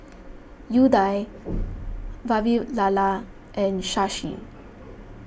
Udai Vavilala and Shashi